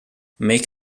make